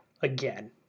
again